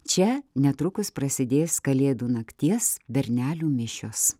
čia netrukus prasidės kalėdų nakties bernelių mišios